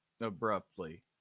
abruptly